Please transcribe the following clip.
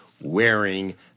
wearing